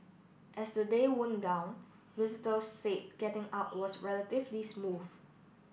as the day wound down visitors said getting out was relatively smooth